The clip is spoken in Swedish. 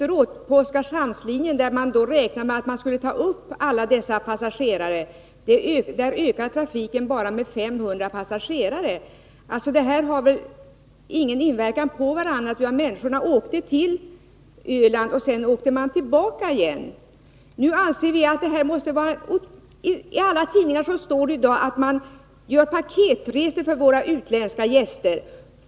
Året därefter räknade man med att ta upp alla dessa passagerare på Oskarshamnslinjen, men där ökade trafiken med bara 500 passagerare. De båda trafiklinjerna har ingen inverkan på varandra. Människorna åkte till Öland, och sedan åkte de tillbaka igen. Talla tidningar står det att man nu gör paketresor för våra utländska gäster.